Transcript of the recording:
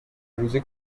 روزی